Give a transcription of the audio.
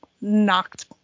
knocked